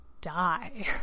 die